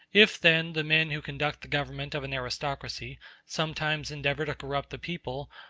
if, then, the men who conduct the government of an aristocracy sometimes endeavor to corrupt the people,